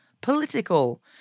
political